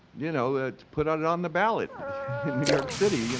you know, to put on it on the ballot in new york city, you know,